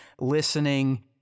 listening